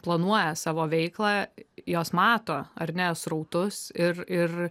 planuoja savo veiklą jos mato ar ne srautus ir ir